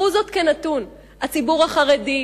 קחו זאת כנתון: הציבור החרדי,